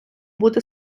бути